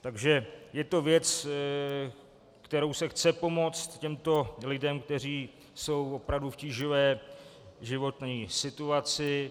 Takže je to věc, kterou se chce pomoct lidem, kteří jsou opravdu v tíživé životní situaci.